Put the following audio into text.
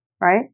right